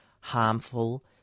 harmful